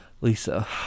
Lisa